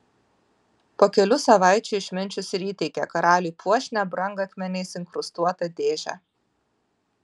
po kelių savaičių išminčius ir įteikė karaliui puošnią brangakmeniais inkrustuotą dėžę